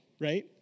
Right